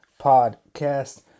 podcast